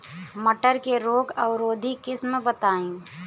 मटर के रोग अवरोधी किस्म बताई?